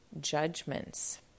judgments